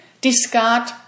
discard